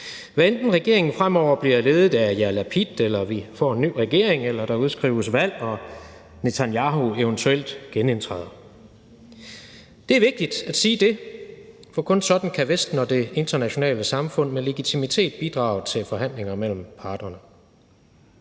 hvad enten regeringen fremover bliver ledet af Jair Lapid eller vi får en ny regering eller der udskrives valg og Netanyahu eventuelt genindtræder. Det er vigtigt at sige det, for kun sådan kan Vesten og det internationale samfund med legitimitet bidrage til forhandlinger mellem parterne.